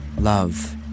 Love